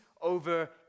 over